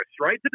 right